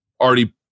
already